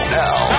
now